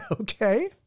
Okay